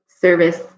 service